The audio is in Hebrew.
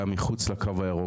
גם מחוץ לקו הירוק.